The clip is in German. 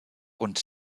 und